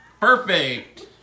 Perfect